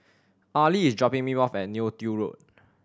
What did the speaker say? Arley is dropping me off at Neo Tiew Road